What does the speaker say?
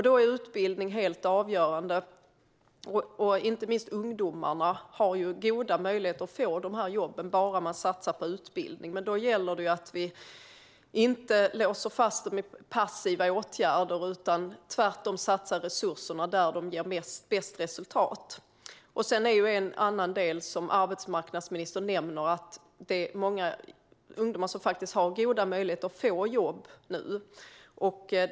Då är utbildning helt avgörande. Inte minst ungdomarna har ju goda möjligheter att få de här jobben om de bara satsar på utbildning. Men då gäller det att vi inte låser fast dem i passiva åtgärder utan tvärtom satsar resurserna där de ger bäst resultat. Som arbetsmarknadsministern nämner är det många ungdomar som faktiskt har goda möjligheter att få jobb nu.